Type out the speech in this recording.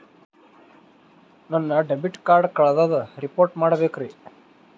ನನ್ನ debit card ಕಳ್ದದ report ಮಾಡಬೇಕ್ರಿ